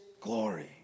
glory